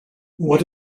what